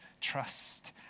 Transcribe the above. trust